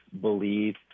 believe